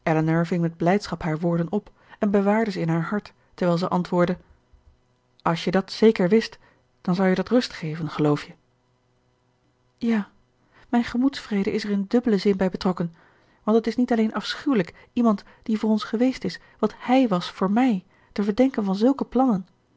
ving met blijdschap haar woorden op en bewaarde ze in haar hart terwijl zij antwoordde als je dat zeker wist dan zou je dat rust geven geloof je ja mijn gemoedsvrede is er in dubbelen zin bij betrokken want het is niet alleen afschuwelijk iemand die voor ons geweest is wat hij was voor mij te verdenken van zulke plannen